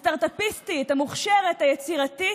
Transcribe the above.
הסטרטאפיסטית, המוכשרת, היצירתית,